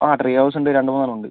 ആ tree house ഉണ്ട് രണ്ടുമൂന്നെണ്ണം ഉണ്ട്